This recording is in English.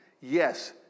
Yes